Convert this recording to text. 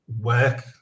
work